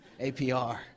APR